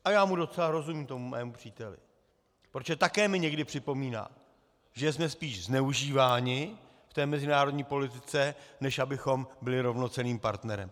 A já mu docela rozumím, tomu svému příteli, protože také mi někdy připomíná, že jsme spíš zneužíváni v té mezinárodní politice, než abychom byli rovnocenným partnerem.